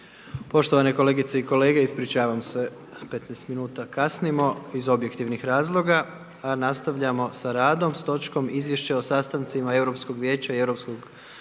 Poštovane kolegice i kolege, ispričavam se, 15 min kasnimo, iz objektivnih razloga, a nastavljamo s radom s točkom: - Izvješće o sastancima Europskog vijeća i Europskog vijeća.